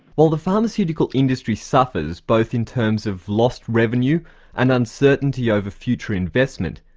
while the pharmaceutical industry suffers both in terms of lost revenue and uncertainty over future investment,